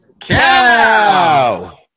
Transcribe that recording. cow